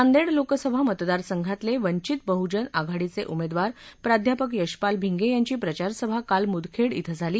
नांदेड लोकसभा मतदारसंघातले वंचित बहुजन आघाडीचे उमेदवार प्राध्यापक यशपाल भिंगे यांची प्रचारसभा काल मुदखेड इथं झाली